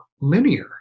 linear